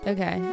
Okay